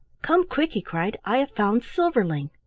come quick! he cried, i have found silverling.